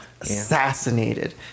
Assassinated